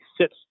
sits